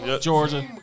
Georgia